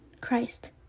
christ